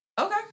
Okay